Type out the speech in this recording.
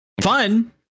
fun